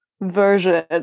version